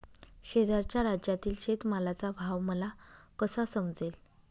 शेजारच्या राज्यातील शेतमालाचा भाव मला कसा समजेल?